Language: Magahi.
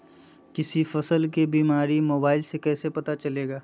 किसी फसल के बीमारी मोबाइल से कैसे पता चलेगा?